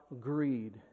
greed